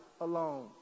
alone